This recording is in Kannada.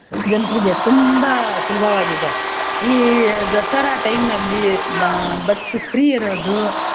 ಜನರಿಗೆ ತುಂಬ ಸುಲಭವಾಗಿದೆ ಈ ದಸರಾ ಟೈಮಲ್ಲಿ ಬಸ್ ಫ್ರೀ ಇರೋದು